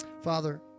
Father